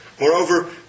Moreover